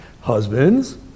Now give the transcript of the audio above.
husbands